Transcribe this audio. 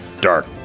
dark